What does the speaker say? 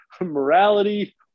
morality